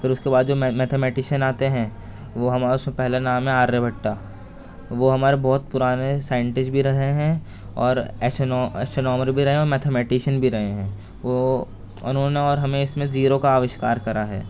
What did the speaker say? پھر اس کے بعد جو میتھے میٹیشین آتے ہیں وہ ہمارا اس میں پہلا نام ہے آریہ بھٹا وہ ہمارے بہت پرانے سائنٹسٹ بھی رہے ہیں اور ایسٹرونوٹ بھی رہے ہیں اور میتھے میٹیشین بھی رہے ہیں وہ انہوں نے اور ہمیں اس میں زیرو کا اوشکار کرا ہے